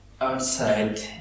Outside